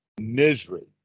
misery